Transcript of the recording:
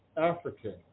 African